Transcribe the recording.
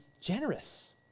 generous